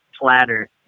platter